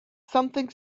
something